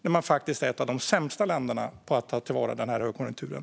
Vi är ett av de länder som varit sämst på att ta till vara högkonjunkturen.